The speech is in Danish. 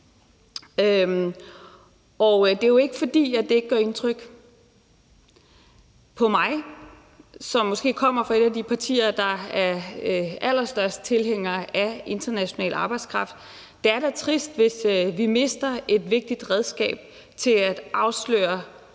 Det er jo ikke, fordi det ikke gør indtryk på mig, som måske kommer fra et af de partier, som er allerstørst tilhænger af international arbejdskraft. Det er da trist, hvis vi mister et vigtigt redskab til at afsløre